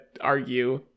argue